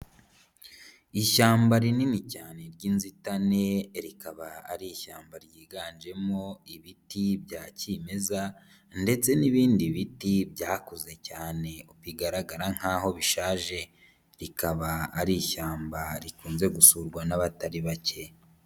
Ishyamba rinini cyane ry'inzitane rikaba ari ishyamba ryiganjemo ibiti bya kimeza ndetse n'ibindi biti byakuze cyane bigaragara nk'aho bishaje, rikaba ari ishyamba rikunze gusurwa n'abatari bake.